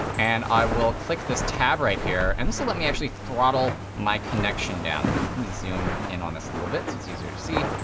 and i will click this tab right here. and this will let me actually throttle my connection down. let me zoom in on this a little bit so it's easier to see.